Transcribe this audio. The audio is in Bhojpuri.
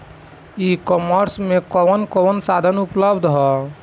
ई कॉमर्स में कवन कवन साधन उपलब्ध ह?